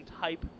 type